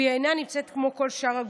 והיא אינה נמצאת כמו כל שאר הגופים.